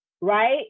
right